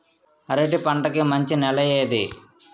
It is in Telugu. అరటి పంట కి మంచి నెల ఏది?